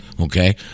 okay